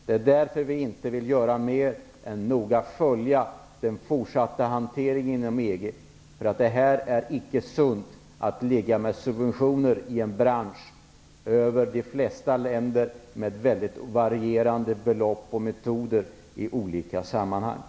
Det är därför vi inte vill göra mer än noga följa den fortsatta hanteringen inom EG. Det är inte sunt att i en bransch ha subventioner med varierande belopp och metoder i olika länder.